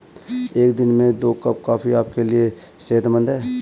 एक दिन में दो कप कॉफी आपके लिए सेहतमंद है